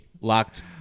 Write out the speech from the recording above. Locked